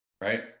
right